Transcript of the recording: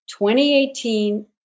2018